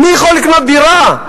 מי יכול לקנות דירה?